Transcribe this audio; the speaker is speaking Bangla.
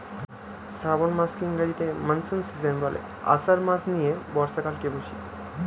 শ্রাবন মাসকে ইংরেজিতে মনসুন সীজন বলে, আষাঢ় মাস নিয়ে বর্ষাকালকে বুঝি